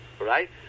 right